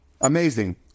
Amazing